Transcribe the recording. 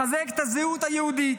לחזק את הזהות היהודית,